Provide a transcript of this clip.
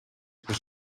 was